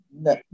no